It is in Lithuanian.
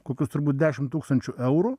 kokius turbūt dešimt tūkstančių eurų